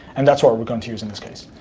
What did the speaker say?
and that's what we're going to use in this case.